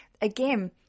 again